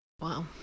Wow